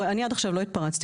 אני עד עכשיו לא התפרצתי,